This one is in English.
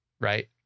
Right